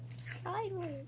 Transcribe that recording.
Sideways